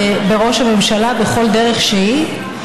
בראש הממשלה בכל דרך שהיא,